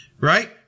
Right